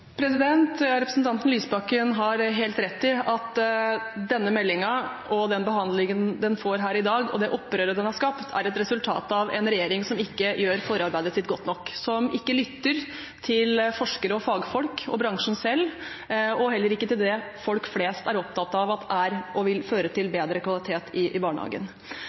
Representanten Lysbakken har helt rett i at denne meldingen og den behandlingen den får her i dag, og det opprøret den har skapt, er et resultat av en regjering som ikke gjør forarbeidet sitt godt nok, som ikke lytter til forskere, fagfolk og bransjen selv, og heller ikke til det folk flest er opptatt av, som er – og vil føre til – bedre kvalitet i barnehagen.